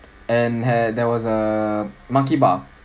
and eh there was a monkey bar